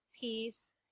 peace